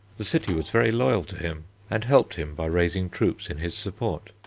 the city was very loyal to him and helped him by raising troops in his support.